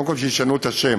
קודם כול שישנו את השם.